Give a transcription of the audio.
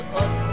up